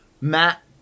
Matt